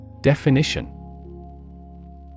Definition